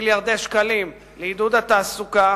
הוספנו מיליארדי שקלים לעידוד התעסוקה,